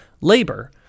labor